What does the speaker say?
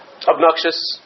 obnoxious